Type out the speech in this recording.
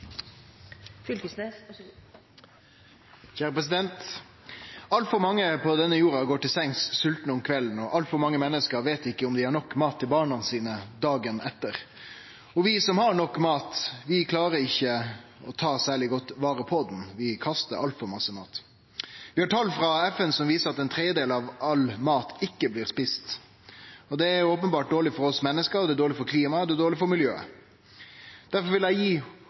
altfor mange menneske veit ikkje om dei har nok mat til barna sine neste dag. Vi som har nok mat, klarer ikkje å ta særleg godt vare på han. Vi kastar altfor mykje mat. Vi har tal frå FN som viser at ein tredjedel av all mat ikkje blir eten. Det er openbert dårleg for oss menneske, det er dårleg for klimaet, og det er dårleg for miljøet. Difor vil eg gi